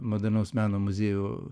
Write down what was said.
modernaus meno muziejų